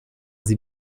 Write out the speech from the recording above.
sie